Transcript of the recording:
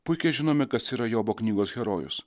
puikiai žinome kas yra jobo knygos herojus